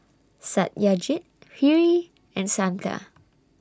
Satyajit Hri and Santha